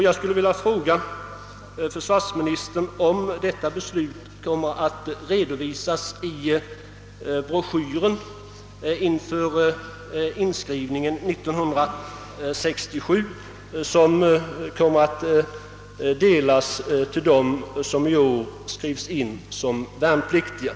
Jag skulle också vilja fråga om beslutet kommer att redovisas i broschyren »Inför inskrivningen 67», som delas ut till dem som i år skrivs in som värnpliktiga.